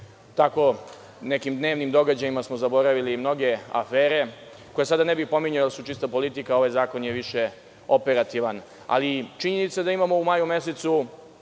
nekim dnevnim događajima smo zaboravili afere koje sada ne bih pominjao, jer su čista politika, a ovaj zakon je više operativan. Činjenica je da imamo u maju mesecu